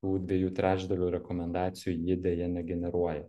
tų dviejų trečdalių rekomendacijų ji deja negeneruoja